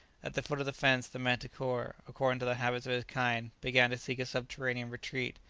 at the foot of the fence the manticora, according to the habits of its kind, began to seek a subterranean retreat,